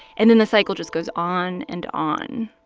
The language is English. and then the cycle just goes on and on